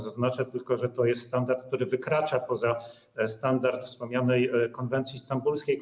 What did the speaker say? Zaznaczę tylko, że to jest standard, który wykracza poza standard wspomnianej konwencji stambulskiej.